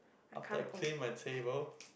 after I clean my table